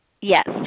Yes